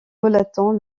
relatant